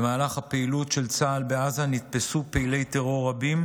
במהלך הפעילות של צה"ל בעזה נתפסו פעילי טרור רבים,